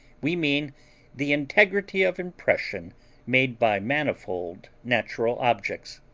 we mean the integrity of impression made by manifold natural objects.